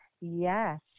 Yes